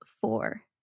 four